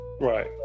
Right